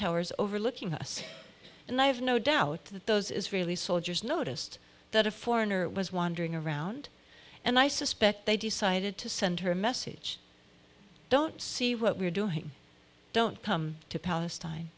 towers overlooking us and i have no doubt that those israeli soldiers noticed that a foreigner was wandering around and i suspect they decided to send her a message don't see what we're doing don't come to palestine